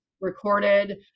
recorded